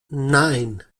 nine